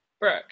brooke